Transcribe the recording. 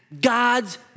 God's